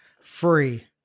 free